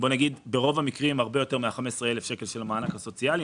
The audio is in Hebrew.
ברוב המקרים הרבה יותר מ-15,000 השקלים של המענק הסוציאלי.